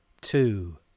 two